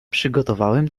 przygotowałem